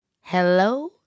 Hello